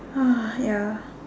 ya